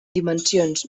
dimensions